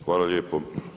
Hvala lijepo.